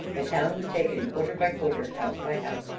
the town was taken quarter by quarter, house by house,